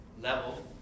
level